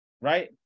right